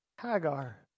Hagar